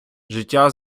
життя